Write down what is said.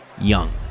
young